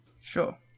Sure